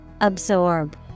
Absorb